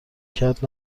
کرد